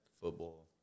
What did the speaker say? Football